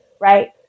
Right